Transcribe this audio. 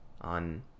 on